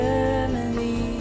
Germany